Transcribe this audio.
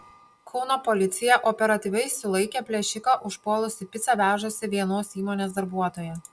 kauno policija operatyviai sulaikė plėšiką užpuolusį picą vežusį vienos įmonės darbuotoją